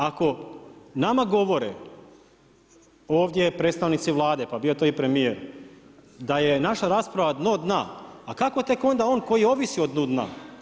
Ako nama govore ovdje predstavnici Vlade, pa bio to i premijer, da je naša rasprava dno dna a kako tek onda on koji ovisi o dnu dna?